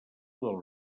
del